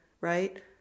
right